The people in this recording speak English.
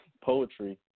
poetry